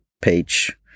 page